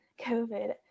COVID